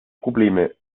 probleme